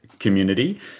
community